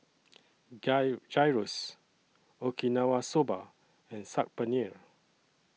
Guy Gyros Okinawa Soba and Saag Paneer